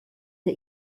der